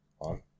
on